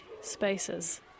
spaces